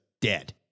dead